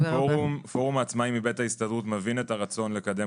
פורום העצמאים מבית ההסתדרות מבין את הרצון לקדם